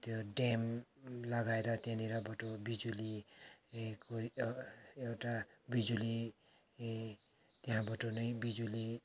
त्यो ड्याम् लगाएर त्यहाँनिरबाट बिजुली एउटा बिजुली इ त्यहाँबाट नै बिजुली